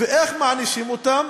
ואיך מענישים אותם?